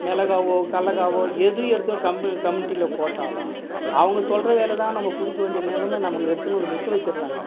மிளகாவோ கடலக்காவோ எது எடுத்து கமிட்டியில் போட்டாலும் அவங்க சொல்கிற வெலய் தான் நம்ம கொடுக்க வேண்டிய நெலமை நம்மளை எடுத்துன்னு வந்து நிற்க வச்சிடுறாங்க